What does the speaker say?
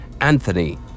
Anthony